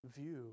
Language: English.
view